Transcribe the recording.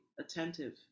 attentive